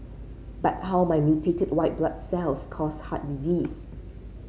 but how might mutated white blood cells cause heart disease